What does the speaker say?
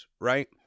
right